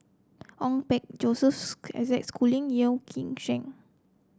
Ong Peng Joseph Isaac Schooling Yeoh Ghim Seng